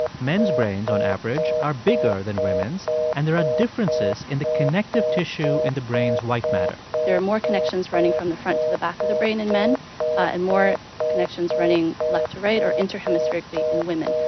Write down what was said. men's brains, on average, are bigger than women's, and there are differences in the connective tissue in the brain's white matter there are more connections running from the front to the back of the brain in men and more connections running left to right or interhemispherically in women.